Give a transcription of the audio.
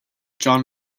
john